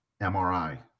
MRI